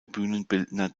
bühnenbildner